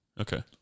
Okay